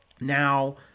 Now